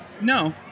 No